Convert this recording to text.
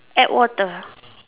add water ah